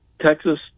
Texas